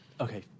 Okay